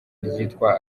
ryitwa